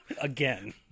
again